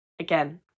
Again